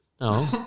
No